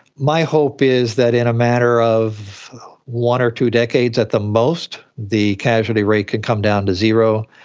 my hope is that in a matter of one or two decades at the most, the casualty rate can come down to zero,